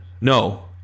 No